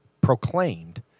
proclaimed